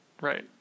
Right